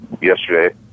yesterday